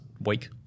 week